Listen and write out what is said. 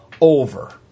over